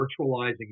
virtualizing